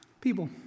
People